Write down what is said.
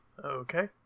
Okay